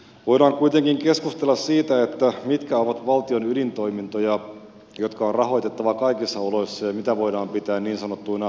voidaan kuitenkin keskustella siitä mitkä ovat valtion ydintoimintoja jotka on rahoitettava kaikissa oloissa ja mitä voidaan pitää niin sanottuina luksustoimintoina